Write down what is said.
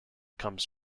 comes